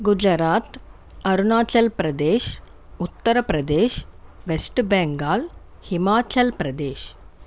Gujarat Arunachal Pradesh Uttar Pradesh West Bengal Himachal Pradesh